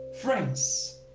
Friends